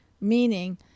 meaning